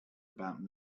about